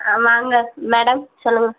ஆமாங்க மேடம் சொல்லுங்க